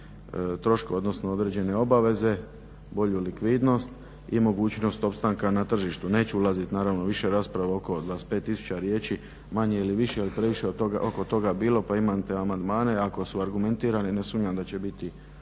troškove odnosno određene obaveze, bolju likvidnost i mogućnost opstanka na tržištu. Neću ulazit naravno više u rasprave oko 25000 riječi manje ili više jer je previše oko toga bilo, pa imam te amandmane. Ako su argumentirani ne sumnjam da će biti